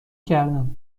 کردم